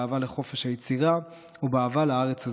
באהבה לחופש היצירה ובאהבה לארץ הזו.